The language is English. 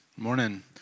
Morning